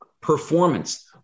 performance